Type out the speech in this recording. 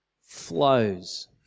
flows